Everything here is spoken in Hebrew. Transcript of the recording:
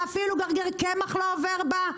שאפילו גרגר קמח לא עובר בה?